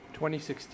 2016